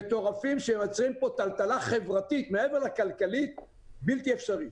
מטורפים שיוצרים פה טלטלה חברתית ולא רק כלכלית שהיא בלתי אפשרית.